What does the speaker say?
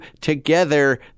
together